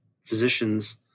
physicians